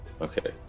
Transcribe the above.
okay